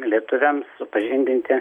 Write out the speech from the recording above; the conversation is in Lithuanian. lietuviams supažindinti